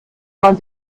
man